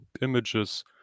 images